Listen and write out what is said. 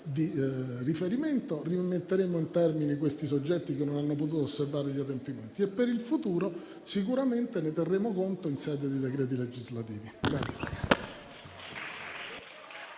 di riferimento, rimetteremo in termini i soggetti che non hanno potuto osservare gli adempimenti. Per il futuro sicuramente ne terremo conto in sede di decreti legislativi.